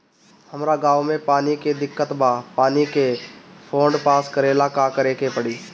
हमरा गॉव मे पानी के दिक्कत बा पानी के फोन्ड पास करेला का करे के पड़ी?